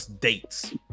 dates